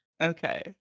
Okay